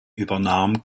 übernahm